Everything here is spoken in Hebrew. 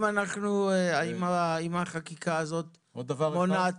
האם החקיקה הזאת מונעת